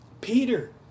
Peter